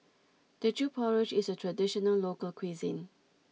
Teochew Porridge is a traditional local cuisine